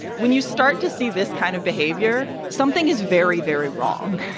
when you start to see this kind of behavior, something is very, very wrong.